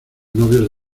novios